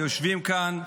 יושבים כאן שרים,